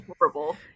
horrible